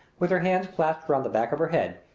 with her hands clasped round the back of her head,